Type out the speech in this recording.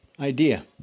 idea